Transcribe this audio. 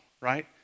Right